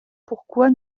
pourquoi